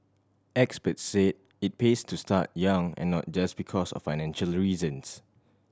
experts said it pays to start young and not just because of financial reasons